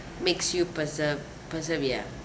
makes you persev~ persevere